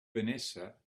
vanessa